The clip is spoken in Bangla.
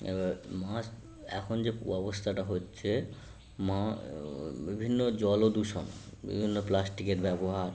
এবার মাছ এখন যে অবস্থাটা হচ্ছে বিভিন্ন জলদূষণ বিভিন্ন প্লাস্টিকের ব্যবহার